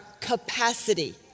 capacity